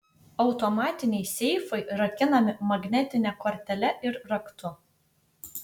automatiniai seifai rakinami magnetine kortele ir raktu